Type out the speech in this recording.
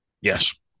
Yes